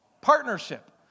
Partnership